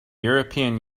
european